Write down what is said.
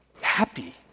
happy